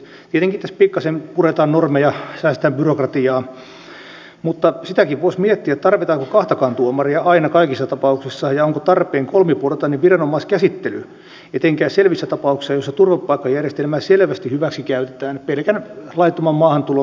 tietenkin tässä pikkuisen puretaan normeja säästetään byrokratiaa mutta sitäkin voisi miettiä tarvitaanko kahtakaan tuomaria aina kaikissa tapauksissa ja onko tarpeen kolmiportainen viranomaiskäsittely etenkään selvissä tapauksissa joissa turvapaikkajärjestelmää selvästi hyväksi käytetään pelkän laittoman maahantulon mahdollistamiseksi